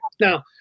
Now